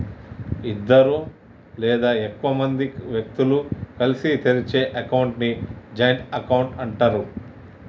ఇద్దరు లేదా ఎక్కువ మంది వ్యక్తులు కలిసి తెరిచే అకౌంట్ ని జాయింట్ అకౌంట్ అంటరు